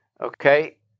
Okay